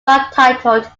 subtitled